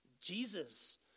Jesus